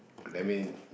that mean